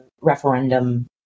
referendum